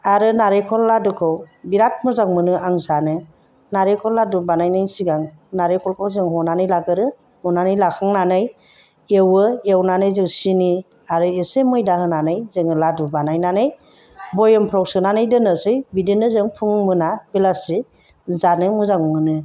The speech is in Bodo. आरो नारेंखल लाद्दुखौ बिराद मोजां मोनो आं जानो नारेंखल लाद्दु बानायनायनि सिगां नारे्खलखौ जों हनानै लाग्रोयो हनानै लाखांनानै एवो एवनानै जों सिनि आरो एसे मैदा होनानै जोङो लादु बानायनानै भयेमफ्राव सोनानै दोननोसै बिदिनो जों फुं मोना बेलासि जानो मोजां मोनो